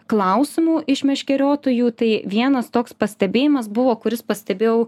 klausimų iš meškeriotojų tai vienas toks pastebėjimas buvo kuris pastebėjau